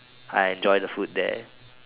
I enjoy the food there